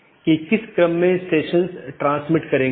हम देखते हैं कि N1 R1 AS1 है यह चीजों की विशेष रीचाबिलिटी है